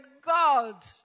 God